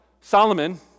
Solomon